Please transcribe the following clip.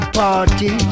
party